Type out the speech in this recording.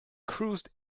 cruised